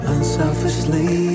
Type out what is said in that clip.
Unselfishly